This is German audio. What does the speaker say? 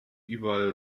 überall